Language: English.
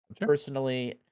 personally